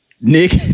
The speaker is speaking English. Nick